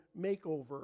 makeover